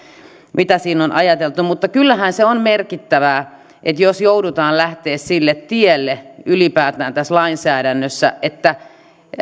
mitä siinä on ajateltu mutta kyllähän se on merkittävää jos joudutaan lähtemään sille tielle ylipäätään lainsäädännössä että mieluummin